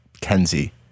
Kenzie